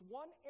one